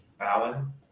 Alan